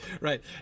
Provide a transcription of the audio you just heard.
right